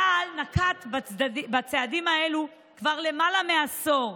צה"ל נוקט את הצעדים האלה כבר למעלה מעשור,